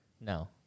No